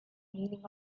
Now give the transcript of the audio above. meaning